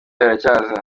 biracyaza